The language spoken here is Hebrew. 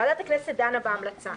ועדת הכנסת דנה בהמלצה.